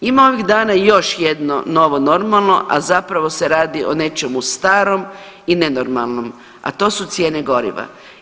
Ima ovih dana i još jedno novo normalno, a zapravo se radi o nečemu starom i nenormalnom a to su cijene goriva.